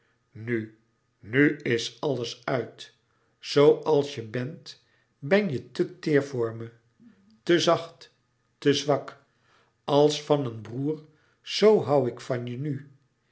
nu nu is alles uit zoo als je bent ben je te teêr voor me te zacht te zwak als van een broêr zoo hoû ik van je nu